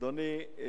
אדוני,